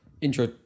Intro